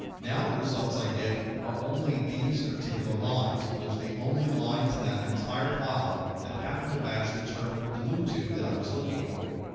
now the results i get are only these particular lines. those are the only lines in that entire file that happen to match the term bluetooth that i was looking for.